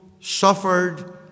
suffered